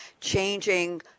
changing